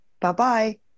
Bye-bye